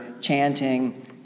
chanting